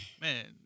man